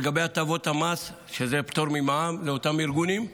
לגבי הטבות המס, שזה פטור ממע"מ לאותם ארגונים,